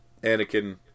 Anakin